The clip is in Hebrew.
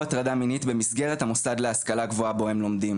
הטרדה מינית במסגרת המוסד להשכלה גבוהה בו הם לומדים.